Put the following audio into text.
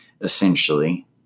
essentially